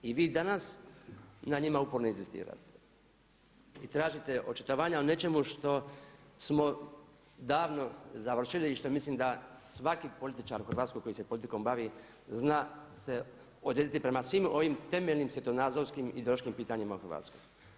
I vi danas na njima uporno inzistirate i tražite očitovanja o nečemu što smo davno završili i što mislim da svaki političar u Hrvatskoj koji se politikom bavi zna se odrediti prema svim ovim temeljnim svjetonazorskim i ideološkim pitanjima u Hrvatskoj.